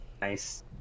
nice